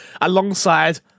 alongside